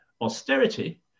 austerity